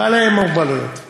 אנשים עם מוגבלות.